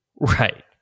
Right